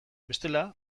bestela